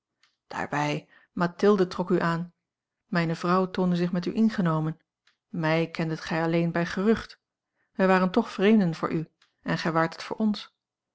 daarbij mathilde trok u aan mijne vrouw toonde zich met u ingenomen mij kendet gij alleen bij gerucht wij waren toch vreemden voor u en gij waart het voor ons